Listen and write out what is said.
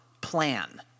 plan